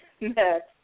next